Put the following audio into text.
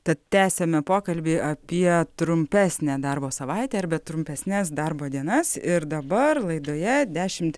tad tęsiame pokalbį apie trumpesnę darbo savaitę arba trumpesnes darbo dienas ir dabar laidoje dešimt